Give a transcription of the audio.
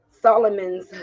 Solomon's